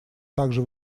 также